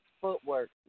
footwork